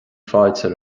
fáilte